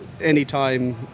anytime